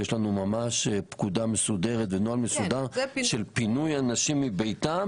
יש לנו ממש פקודה מסודרת ונוהל מסודר של פינוי אנשים מביתם